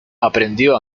aprendió